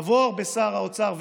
עבור בשר האוצר,